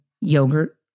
yogurt